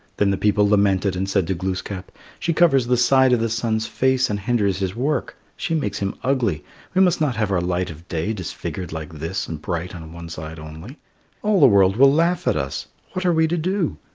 then the people lamented and said to glooskap she covers the side of the sun's face and hinders his work she makes him ugly we must not have our light of day disfigured like this and bright on one side only all the world will laugh at us. what are we to do?